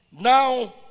Now